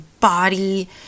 body